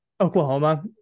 Oklahoma